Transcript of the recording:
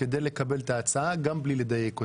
כדי לקבל את ההצעה גם בלי לדייק אותה.